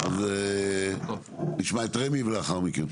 אז נשמע את רמ"י ולאחר מכן.